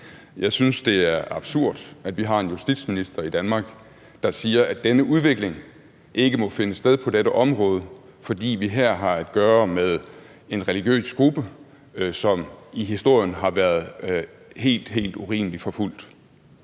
Jeg synes, det er absurd, at vi har en justitsminister i Danmark, der siger, at denne udvikling ikke må finde sted på dette område, fordi vi her har at gøre med en religiøs gruppe, som i historien har været helt, helt urimeligt forfulgt.